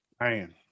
Man